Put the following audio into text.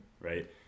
right